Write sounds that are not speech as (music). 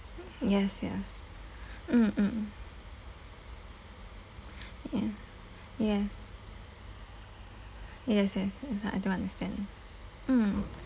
(noise) yes yes mm mm ya ya yes yes yes I I do understand mm